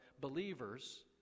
believers